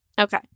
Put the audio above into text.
Okay